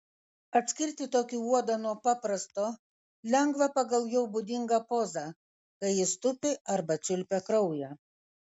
atskirti tokį uodą nuo paprasto lengva pagal jo būdingą pozą kai jis tupi arba čiulpia kraują